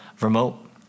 remote